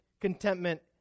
contentment